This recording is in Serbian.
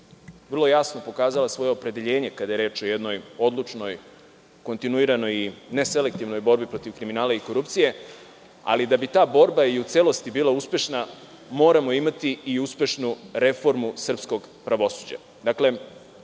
vrlo jasno pokazala svoje opredeljenje kada je reč o jednoj odlučnoj, kontinuiranoj, neselektivnoj borbi protiv kriminala i korupcije, ali da bi ta borba u celosti bila uspešna, moramo imati uspešnu reformu srpskog pravosuđa.